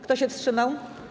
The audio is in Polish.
Kto się wstrzymał?